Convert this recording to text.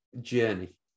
journey